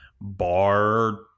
bar